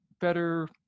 better